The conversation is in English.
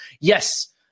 yes